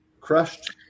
crushed